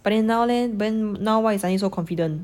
but then now leh then why he suddenly so confident